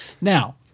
Now